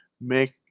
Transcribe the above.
make